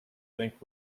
think